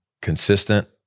consistent